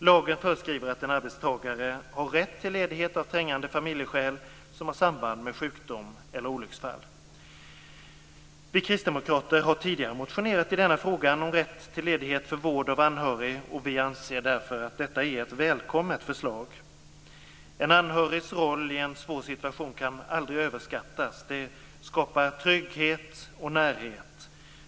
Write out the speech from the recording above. Lagen föreskriver att en arbetstagare har rätt till ledighet av trängande familjeskäl som har samband med sjukdom eller olycksfall. Vi kristdemokrater har tidigare motionerat i denna fråga om rätt till ledighet för vård av anhörig, och vi anser sålunda att detta är ett välkommet förslag. En anhörigs roll i en svår situation kan aldrig överskattas. Den anhörige kan skapa trygghet och närhet.